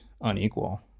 unequal